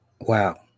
wow